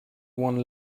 one